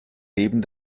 neben